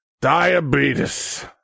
Diabetes